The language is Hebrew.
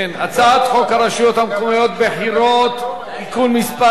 הצעת חוק הרשויות המקומיות (בחירות) (תיקון מס'